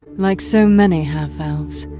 like so many half-elves,